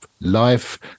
life